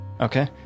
okay